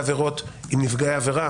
בעבירות עם נפגעי עבירה?